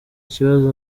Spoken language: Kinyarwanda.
ikibazo